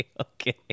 okay